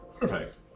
Perfect